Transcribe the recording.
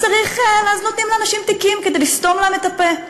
ואז נותנים לאנשים תיקים כדי לסתום להם את הפה.